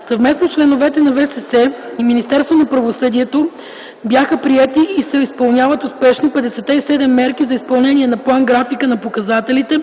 Съвместно с членове на ВСС и Министерство на правосъдието бяха приети и се изпълняват успешно 57-те мерки за изпълнение на План-графика на показателите